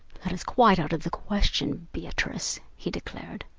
that is quite out of the question, beatrice, he declared.